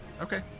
Okay